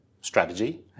strategy